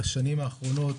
בשנים האחרונות,